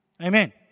Amen